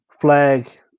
flag